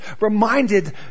reminded